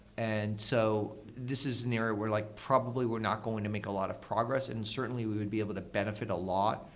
and so this is an area where like probably we're not going to make a lot of progress. and certainly, we would be able to benefit a lot.